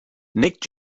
nick